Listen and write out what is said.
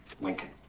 Lincoln